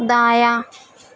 دایاں